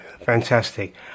Fantastic